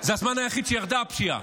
זה הזמן היחיד שירדה הפשיעה,